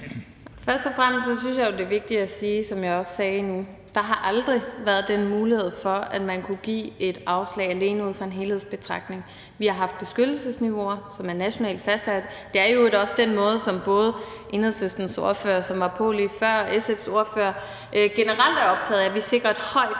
Først og fremmest synes jeg jo, det er vigtigt at sige, som jeg også lige sagde, at der aldrig har været mulighed for, at man kunne give et afslag alene ud fra en helhedsbetragtning. Vi har haft beskyttelsesniveauer, som er nationalt fastsat. Det er i øvrigt også sådan, at både Enhedslistens ordfører, som var på lige før, og SF's ordfører generelt er optaget af, at vi sikrer et højt